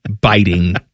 biting